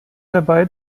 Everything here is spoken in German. dabei